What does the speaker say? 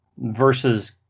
versus